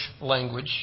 language